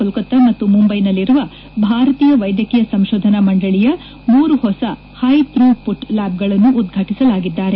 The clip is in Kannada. ಕೋಲ್ತಾ ಮತ್ತು ಮುಂದೈನಲ್ಲಿರುವ ಭಾರತೀಯ ವೈದ್ಯಕೀಯ ಸಂಶೋಧನಾ ಮಂಡಳಿಯ ಮೂರು ಹೊಸ ಹೈ ಥೂ ಪುಟ್ ಲ್ಲಾಬ್ಗಳನ್ನು ಉದ್ವಾಟಸಲಿದ್ದಾರೆ